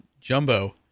Jumbo